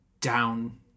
down